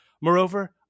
Moreover